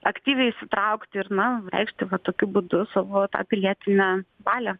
aktyviai įsitraukti ir na reikšti va tokiu būdu savo pilietinę valią